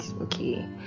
okay